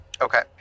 okay